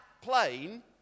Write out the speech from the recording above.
plain